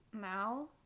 now